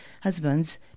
husbands